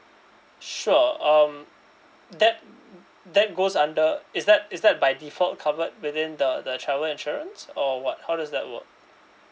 sure um that that goes under is that is that by default covered within the the travel insurance or what how does that work